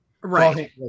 right